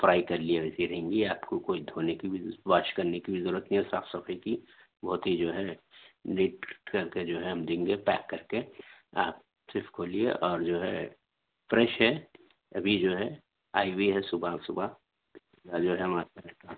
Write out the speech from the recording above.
fry کرلیے ویسے رہیں گی آپ کو کوئی دھونے کی بھی واش کرنے کی بھی ضرورت نہیں اور صاف صفائی کی بہت ہی جو ہے نیٹ کر کے جو ہے ہم دیں گے پیک کر کے آپ صرف کھولیے اور جو ہے فریش ہے ابھی جو ہے آئی ہوئی ہے صبح صبح جو ہے ہم آپ کو